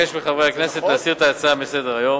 אבקש מחברי הכנסת להסיר את ההצעה מסדר-היום.